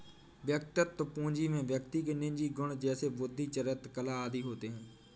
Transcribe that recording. वैयक्तिक पूंजी में व्यक्ति के निजी गुण जैसे बुद्धि, चरित्र, कला आदि होते हैं